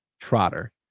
Trotter